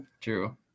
True